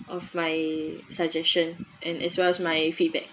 of my suggestion and as well as my feedback